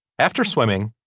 after swimming.